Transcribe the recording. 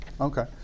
okay